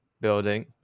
building